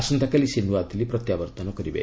ଆସନ୍ତାକାଲି ସେ ନୃଆଦିଲ୍ଲୀ ପ୍ରତ୍ୟାବର୍ତ୍ତନ କରିବେ